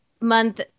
month